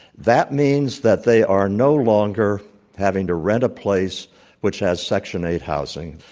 that means that they are no longer having to rent a place which has section eight housing.